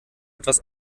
etwas